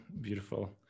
beautiful